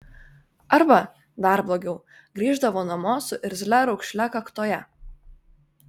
arba dar blogiau grįždavo namo su irzlia raukšle kaktoje